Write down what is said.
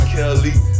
Kelly